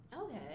Okay